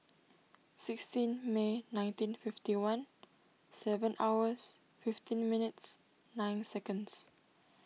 sixteen May nineteen fifty one seven hours fifteen minutes nine seconds